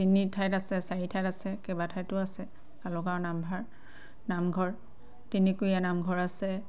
তিনি ঠাইত আছে চাৰি ঠাইত আছে কেইবা ঠাইতো আছে কালুগাঁৱৰ নামভাৰ নামঘৰ তিনিকুণীয়া নামঘৰ আছে